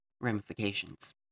ramifications